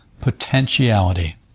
potentiality